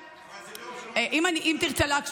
אבל זה לא מה שכתוב בהצעה.